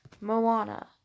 Moana